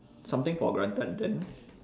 something for granted then